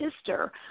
sister